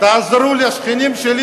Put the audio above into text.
תעזרו לשכנים שלי,